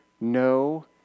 no